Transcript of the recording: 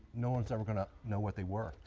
no one's ever going to know what they were.